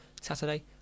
Saturday